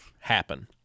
happen